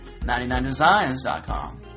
99designs.com